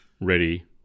ready